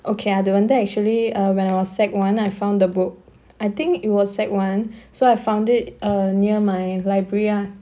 okay அது வந்து:adhu vandhu actually uh when I was sec one I found the book I think it was sec one so I found it err near my library ah